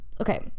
okay